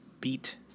Beat